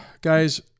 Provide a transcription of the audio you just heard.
guys